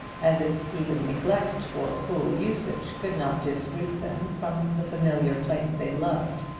as if even neglect or cruel usage could not disroot them from the familiar place they loved.